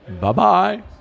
bye-bye